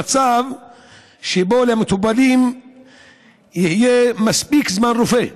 למצב שבו למטופלים יהיה מספיק זמן עם רופא.